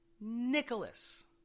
Nicholas